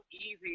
easy